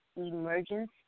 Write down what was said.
Emergence